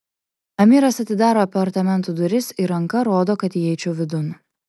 amiras atidaro apartamentų duris ir ranka rodo kad įeičiau vidun